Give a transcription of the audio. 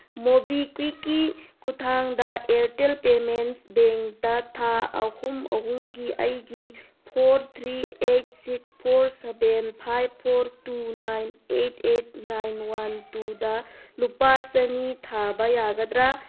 ꯃꯣꯕꯤꯀ꯭ꯋꯤꯛꯀꯤ ꯈꯨꯌꯥꯡꯗ Airtel payments ꯕꯦꯡꯗ ꯊꯥ ꯑꯍꯨꯝ ꯑꯍꯨꯝꯒꯤ ꯑꯩꯒꯤ four three eight six four seven five four two nine eight eight nine one ꯇꯨꯗ ꯂꯨꯄꯥ ꯆꯅꯤ ꯊꯥꯕ ꯌꯥꯒꯗ꯭ꯔꯥ